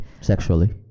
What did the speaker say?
Sexually